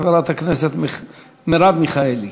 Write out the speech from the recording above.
חברת הכנסת מרב מיכאלי.